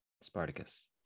Spartacus